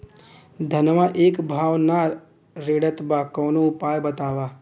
धनवा एक भाव ना रेड़त बा कवनो उपाय बतावा?